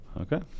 Okay